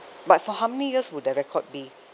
but for how many years would the record be